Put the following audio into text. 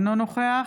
אינו נוכח